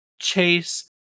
chase